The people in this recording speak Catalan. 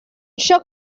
xoc